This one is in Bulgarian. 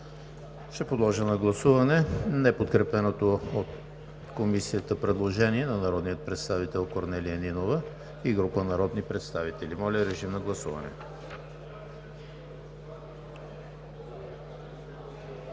Ще подложа на гласуване неподкрепеното от Комисията предложение на народния представител Корнелия Нинова и група народни представители. Гласували